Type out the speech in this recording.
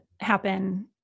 happen